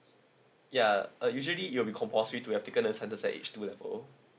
ya uh usually you'll be compulsory to have taken a two kevel